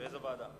לאיזו ועדה?